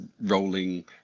rolling